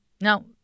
Now